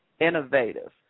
Innovative